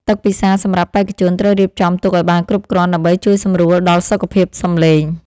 ទឹកពិសាសម្រាប់បេក្ខជនត្រូវរៀបចំទុកឱ្យបានគ្រប់គ្រាន់ដើម្បីជួយសម្រួលដល់សុខភាពសម្លេង។